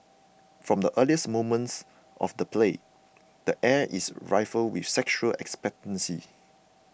from the earliest moments of the play the air is with sexual expectancy